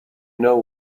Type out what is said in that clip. know